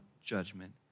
judgment